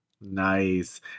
Nice